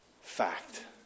fact